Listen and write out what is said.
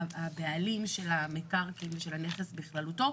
הבעלים של המקרקעין ושל הנכס בכללותו.